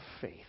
faith